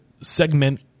segment